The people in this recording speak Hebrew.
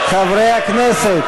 לחלופין,